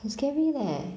很 scary leh